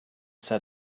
said